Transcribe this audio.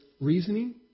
Reasoning